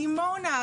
דימונה,